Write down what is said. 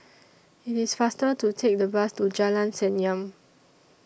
IT IS faster to Take The Bus to Jalan Senyum